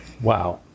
wow